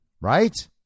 Right